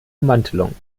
ummantelung